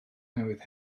newydd